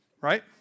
Right